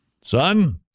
son